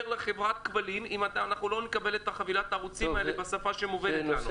לחברת כבלים אם הם לא יקבלו את חבילת הערוצים בשפה שמובנת להם.